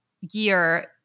year